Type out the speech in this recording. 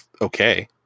okay